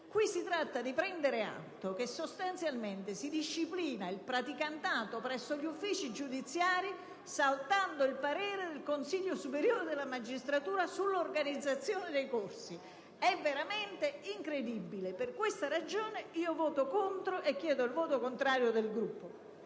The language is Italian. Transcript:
ma si tratta di prendere atto che sostanzialmente si disciplina il praticantato presso gli uffici giudiziari saltando il parere del Consiglio superiore della magistratura sull'organizzazione dei corsi. Ciò è veramente incredibile e per questa ragione voterò contro l'emendamento 42.300 e chiedo il voto contrario del Gruppo.